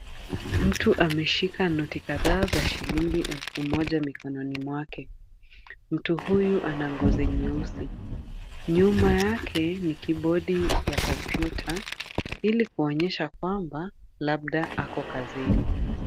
Mtu ameshika noti kadhaa za shilingi elfu moja mikononi mwake. Mtu huyu ana ngozi nyeusi. Nyuma yake ni kibodi ya kompyuta, ili kuonyesha kwamba labda yuko kazini.